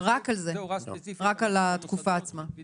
זו הוראה ספציפית למוסדות